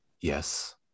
Yes